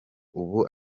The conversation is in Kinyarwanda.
ubu